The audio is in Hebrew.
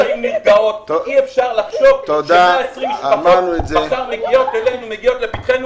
אי אפשר לחשוב ש-120 משפחות מגיעות לפתחנו